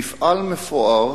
מפעל מפואר